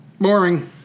Boring